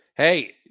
Hey